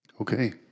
Okay